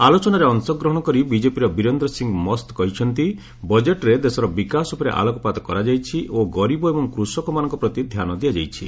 ଆଲୋଚନାରେ ଅଂଶଗ୍ରହଣ କରି ବିଜେପିର ବୀରେନ୍ଦ୍ର ସିଂହ ମସ୍ତ କହିଛନ୍ତି ବଜେଟ୍ରେ ଦେଶର ବିକାଶ ଉପରେ ଆଲୋକପାତ କରାଯାଇଛି ଓ ଗରିବ ଏବଂ କୃଷକମାନଙ୍କ ପ୍ରତି ଧ୍ୟାନ ଦିଆଯାଇଛି